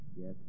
Yes